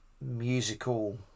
musical